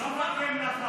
לא מתאים לך.